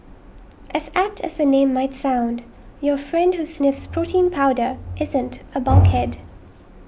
as apt as the name might sound your friend who sniffs protein powder isn't a bulkhead